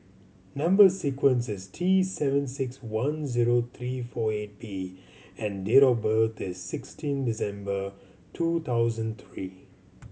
number sequence is T seven six one zero three four eight P and date of birth is sixteen December two thousand three